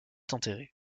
enterrés